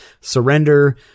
surrender